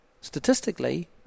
statistically